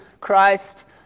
Christ